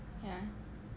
ya